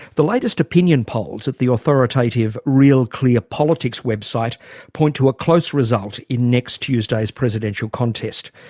the latest opinion polls at the authoritative real clear politics website point to a close result in next tuesday's presidential contest.